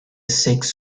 six